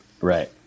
Right